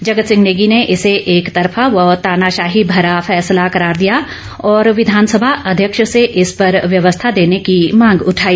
जगत सिंह नेगी ने इसे एकतरफा व तानाशाही भरा फैसला करार दिया और विधानसभा अध्यक्ष से इस पर व्यवस्था देने की मांग उठाई